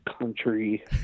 country